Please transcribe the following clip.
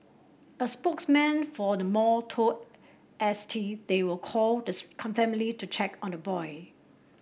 a spokesman for the mall told S T they will call the family to check on the boy